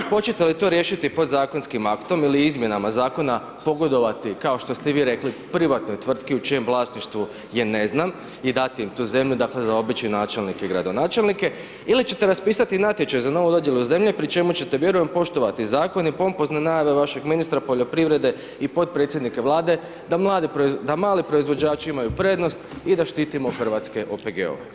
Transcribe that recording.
Hoćete li to riješiti podzakonskim aktom ili izmjenama zakona pogodovati kao što ste i vi rekli, privatnoj tvrtki, u čijem vlasništvu je, ne znam i dati im tu zemlju dakle za obične načelnike i gradonačelnike ili ćete raspisati natječaj za novu dodjelu zemlje pri čemu ćete vjerujem poštovati zakon i pompozne najave vašeg ministra poljoprivrede i potpredsjednike Vlade da mali proizvođači imaju prednost i da štitimo hrvatske OPG-ove.